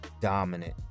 dominant